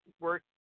work